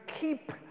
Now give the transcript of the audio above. keep